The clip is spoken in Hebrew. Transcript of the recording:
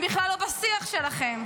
הם בכלל לא בשיח שלכם.